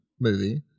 movie